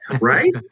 Right